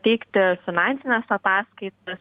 teikti finansines ataskaitas